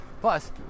Plus